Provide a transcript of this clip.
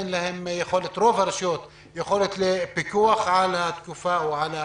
ורוב הרשויות אין להן יכולת פיקוח על ההתנהגות